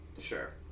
Sure